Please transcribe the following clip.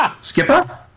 Skipper